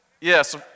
Yes